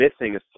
missing